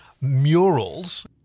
murals